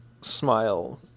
smile